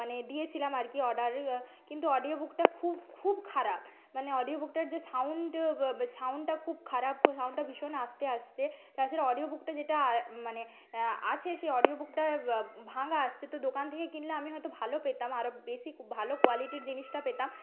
মানে দিয়েছিলাম আর কি অর্ডার কিন্তু অডিও বুকটা খুব খুব খারাপ মানে অডিও বুকটার যে সাউণ্ড সাউণ্ডটা খুব খারাপ সাউণ্ডটা ভীষণ আস্তে আস্তে তাছাড়া অডিও বুকটা যেটা মানে আছে সেই অডিও বুকটা ভাঙা আসছে তো দোকান থেকে কিনলে আমি হয়তো ভালো পেতাম আরও বেশি ভালো কোয়ালিটির জিনিসটা পেতাম